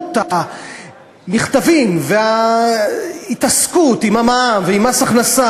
כמות המכתבים וההתעסקות עם המע"מ ועם מס הכנסה